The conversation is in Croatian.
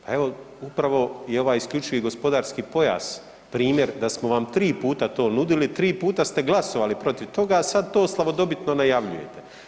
Pa evo, upravo je ovaj isključivi gospodarski pojas primjer da smo vam 3 puta to nudili, 3 puta ste glasovali protiv toga a sad to slavodobitno najavljujete.